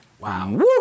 Wow